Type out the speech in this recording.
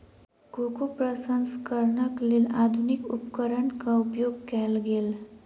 cocoa प्रसंस्करणक लेल आधुनिक उपकरणक उपयोग कयल गेल